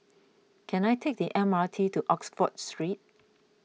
can I take the M R T to Oxford Street